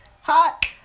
hot